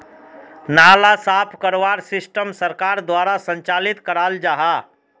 नाला साफ करवार सिस्टम सरकार द्वारा संचालित कराल जहा?